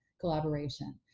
collaboration